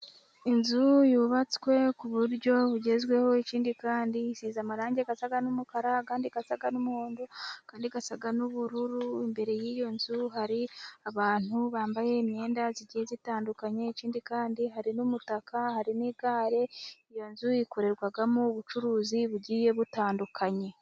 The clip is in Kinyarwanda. Inzu yubatswe ku buryo bugezweho, ikindi kandi isize amarangi asa n'umukara, ayandi asa n'umuhungu, ayandi asa n'ubururu, imbere y'iyo nzu hari abantu bambaye imyenda igiye itandukanye, ikindi kandi hari n'umutaka, harimo igare, iyo nzu ikorerwamo ubucuruzi bugiye butandukanye.